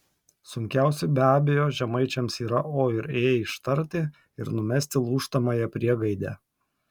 sunkiausi be abejo žemaičiams yra o ir ė ištarti ir numesti lūžtamąją priegaidę